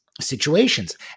situations